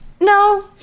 No